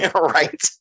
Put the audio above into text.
right